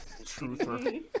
truther